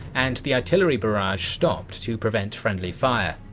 and the artillery barrage stopped to prevent friendly fire.